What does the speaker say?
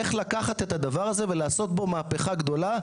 איך לקחת את הדבר הזה ולעשות בו מהפיכה גדולה,